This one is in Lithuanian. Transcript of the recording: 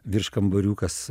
virš kambariukas